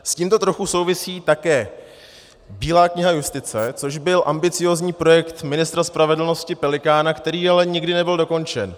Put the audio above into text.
S tímto trochu souvisí také bílá kniha justice, což byl ambiciózní projekt ministra spravedlnosti Pelikána, který ale nikdy nebyl dokončen.